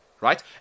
right